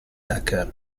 hacker